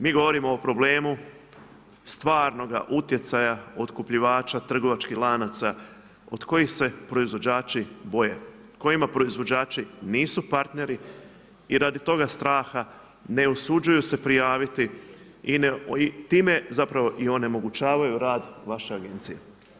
Mi govorimo o problemu stvarnoga utjecaja otkupljivača, trgovačkih lanaca, od kojih se proizvođači boje, kojima proizvođači nisu partneri i radi toga straha ne usuđuju se prijaviti i time zapravo i onemogućavaju rad vaše agencije.